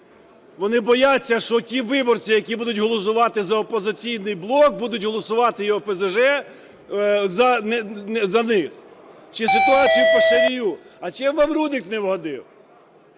вони бояться, що ті виборці, які будуть голосувати за "Опозиційний блок", будуть голосувати і ОПЗЖ… за них, чи ситуація по Шарію. А чим вам Рудик не вгодив?